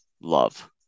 love